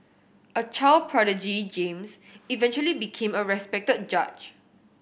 a child prodigy James eventually became a respected judge